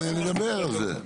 נדבר על זה.